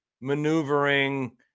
maneuvering